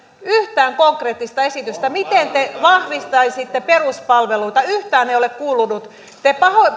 yhtään konkreettista esitystä miten te vahvistaisitte peruspalveluita yhtään ei ole kuulunut te